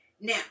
Now